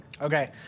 Okay